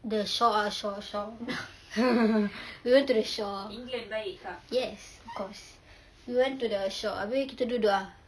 the shore ah shore shore we went to the shore yes of course we went to the shore abeh kita duduk ah